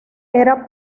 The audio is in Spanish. era